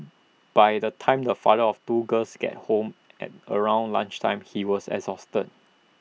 by the time the father of two girls gets home at around lunch time he was exhausted